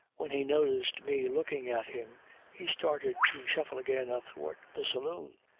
when he noticed me looking at him he started to shuffle again athwart the saloon.